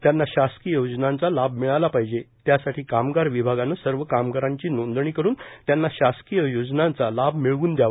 त्यांना शासकीय योजनांचा लाभ मिळाला पाहिजे त्यासाठी कामगार विभागाने सर्व कामगारांची नोंदणी करून त्यांना शासकीय योजनांचा लाभ मिळवून द्यावा